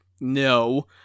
no